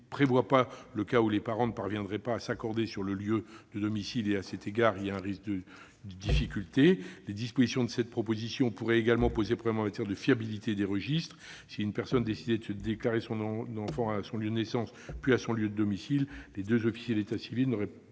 prévoit pas le cas où les parents ne parviendraient pas à s'accorder sur le lieu de domicile ; à cet égard, un risque contentieux existe. Les dispositions de cette proposition de loi pourraient également poser problème en matière de fiabilité des registres. En effet, si une personne décidait de déclarer son enfant au lieu de naissance, puis à son lieu de domicile, les deux officiers d'état civil concernés